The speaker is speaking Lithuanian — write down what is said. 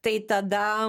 tai tada